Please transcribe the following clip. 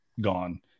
gone